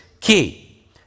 key